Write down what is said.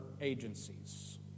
agencies